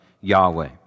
Yahweh